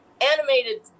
animated